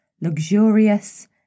luxurious